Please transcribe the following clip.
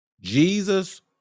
Jesus